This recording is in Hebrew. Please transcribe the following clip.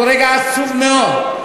זה רגע עצוב מאוד.